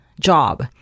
job